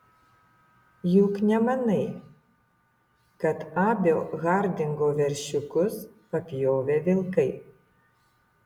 juk nemanai kad abio hardingo veršiukus papjovė vilkai